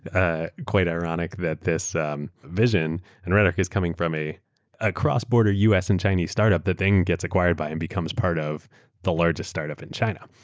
ah quite ironic that this um vision and is coming from a ah cross-border us and chinese startup. the thing gets acquired by and becomes part of the largest startup in china.